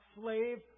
slave